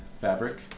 fabric